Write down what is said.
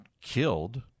killed